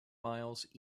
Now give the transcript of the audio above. miles